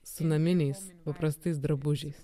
su naminiais paprastais drabužiais